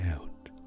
out